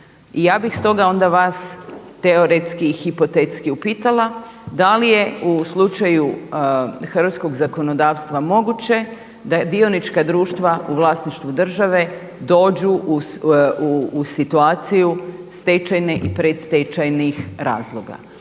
I ja bih stoga onda vas teoretski i hipotetski upitala da li je u slučaju hrvatskog zakonodavstva moguće da dionička društva u vlasništvu države dođu u situaciju stečajne i predstečajnih razloga